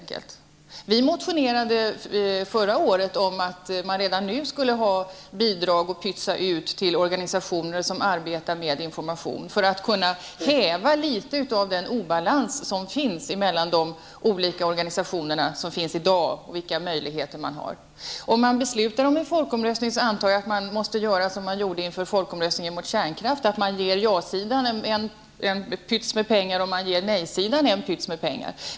Vi motionerade förra året om att man redan nu skulle ha bidrag, som kunde fördelas på organisationer som arbetar med information, detta för att få bort litet av den obalans som finns mellan de olika organisationerna. Beslutar man om en folkomröstning antar jag att man måste göra som vid folkomröstning om kärnkraft. Då fick ja-sidan och nej-sidan litet pengar.